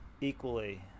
equally